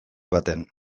batean